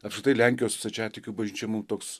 apskritai lenkijos stačiatikių bažnyčia mum toks